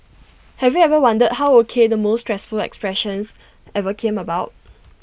have you ever wondered how O K the most useful expressions ever came about